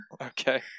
Okay